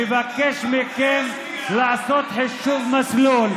הוא מבקש מכם לעשות חישוב מסלול,